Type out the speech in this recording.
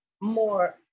more